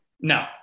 No